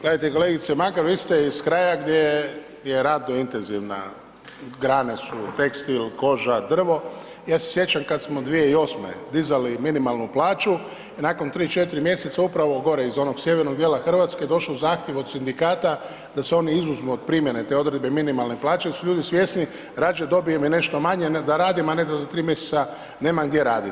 Gledajte kolegice Makar, vi ste iz kraja gdje je radno intenzivna, grane su tekstil, koža, drvo, ja se sjećam kad smo 2008. dizali minimalnu plaću, nakon 3, 4 mj. upravo gore iz onog sjevernog djela Hrvatske je došao zahtjev od sindikata da se oni izuzmu od primjene te odredbe minimalne plaće jer su ljudi svjesni radije dobijem i nešto manje da radim a ne da za 3 mj. nemam gdje radit.